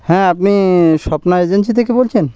হ্যাঁ আপনি স্বপ্না এজেন্সি থেকে বলছেন